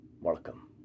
Welcome